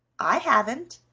i haven't,